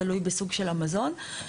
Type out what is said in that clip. תלוי בסוג של המזון.